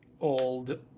old